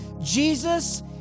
Jesus